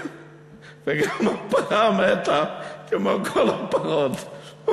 גם הפרה מתה כמו כל הפרות.